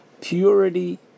purity